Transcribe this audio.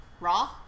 raw